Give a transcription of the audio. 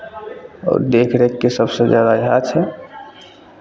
आओर देखरेखके सभसँ जादा इएह छै